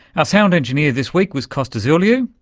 our sound engineer this week was costa zouliou.